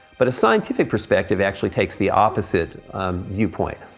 but a scientific perspective actually takes the opposite viewpoint.